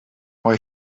why